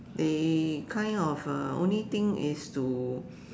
they kind of uh only thing is to